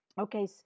Okay